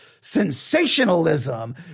sensationalism